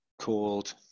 called